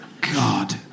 God